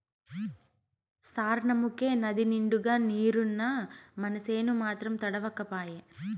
సార్నముకే నదినిండుగా నీరున్నా మనసేను మాత్రం తడవక పాయే